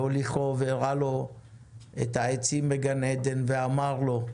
והוליכו, והראה לו את העצים בגן עדן ואמר לו: